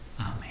Amen